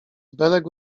belek